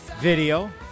video